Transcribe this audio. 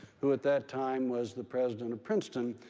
who at that time was the president of princeton.